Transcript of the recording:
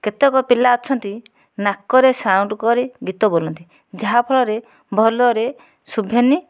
କେତେକ ପିଲା ଅଛନ୍ତି ନାକରେ ସାଉଣ୍ଡ କରି ଗୀତ ବୋଲନ୍ତି ଯାହାଫଳରେ ଭଲରେ ଶୁଭେନି